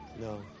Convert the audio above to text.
no